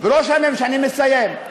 אני מסיים.